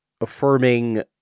Affirming